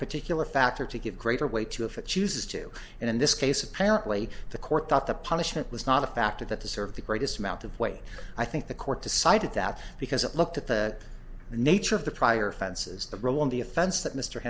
particular factor to give greater weight to if it chooses to and in this case apparently the court thought the punishment was not a factor that to serve the greatest amount of weight i think the court decided that because it looked at the nature of the prior offenses the rule on the offense that mr